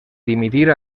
dimitir